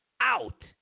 out